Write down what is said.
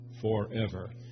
forever